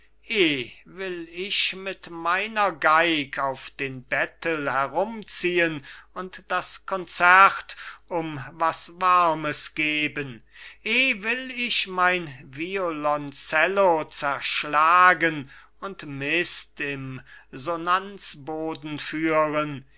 will ich mit meiner geig auf den bettel herumziehen und das concert um was warmes geben eh will ich mein violoncello zerschlagen und mist im sonanzboden führen